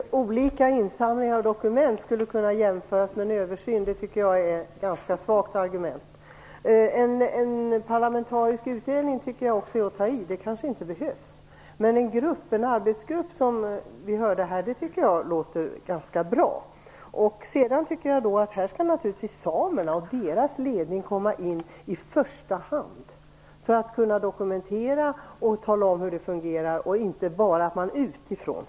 Herr talman! Att insamlingar av dokument skulle kunna jämföras med en översyn tycker jag är ett ganska svagt argument. En parlamentarisk utredning tycker jag också är att ta i - det kanske inte behövs. Men en arbetsgrupp, som vi hörde talas om här, tycker jag låter ganska bra. Här skall naturligtvis samerna och deras ledning komma in i första hand, för att kunna dokumentera och tala om hur det fungerar. Man skall inte bara samla in material utifrån.